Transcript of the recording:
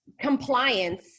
compliance